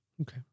Okay